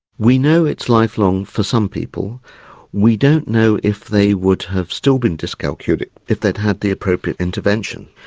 we know it's lifelong for some people we don't know if they would have still been dyscalculic if they'd had the appropriate intervention.